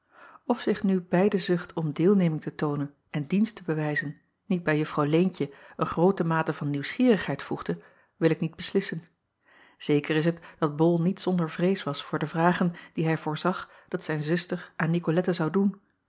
f zich nu bij de zucht om deelneming te toonen en dienst te bewijzen niet bij uffrouw eentje een groote mate van nieuwsgierigheid voegde wil ik niet beslissen eker is het dat ol niet zonder vrees was voor de vragen die hij voorzag dat zijn zuster aan icolette zou doen